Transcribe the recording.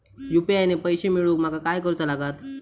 UPI ने पैशे मिळवूक माका काय करूचा लागात?